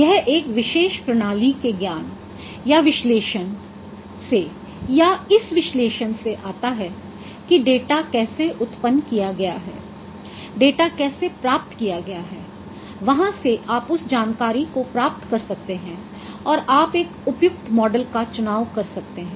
यह एक विशेष प्रणाली के ज्ञान या विश्लेषण से या इस विश्लेषण से आता है कि डेटा कैसे उत्पन्न किया गया है डेटा कैसे प्राप्त किया गया है वहां से आप उस जानकारी को प्राप्त कर सकते हैं और आप एक उपयुक्त मॉडल का चुनाव कर सकते हैं